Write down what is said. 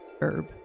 herb